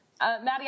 Maddie